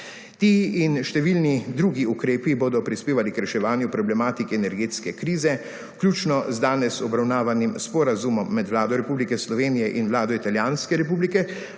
Ti in številni drugi ukrepi bodo prispevali k reševanju problematike energetske krize vključno z danes obravnavanim sporazumom med Vlado RS in Vlado Italijanske republike